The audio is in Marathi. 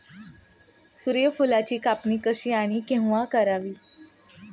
सूर्यफुलाची कापणी कशी आणि केव्हा करावी?